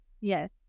Yes